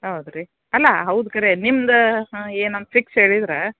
ಹೌದ್ರಿ ಅಲ್ಲ ಹೌದು ಖರೆ ನಿಮ್ದು ಹಾಂ ಏನಂತ ಫಿಕ್ಸ್ ಹೇಳಿದ್ರೆ